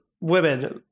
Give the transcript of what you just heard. women